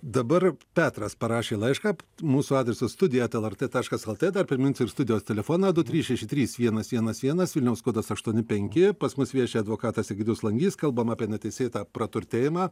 dabar petras parašė laišką mūsų adresas studija eta lrt taškas lt dar priminsiu ir studijos telefoną du trys šeši trys vienas vienas vienas vilniaus kodas aštuoni penki pas mus vieši advokatas egidijus langys kalbam apie neteisėtą praturtėjimą